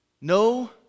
No